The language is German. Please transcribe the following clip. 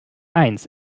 eins